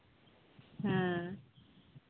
ᱦᱮᱸ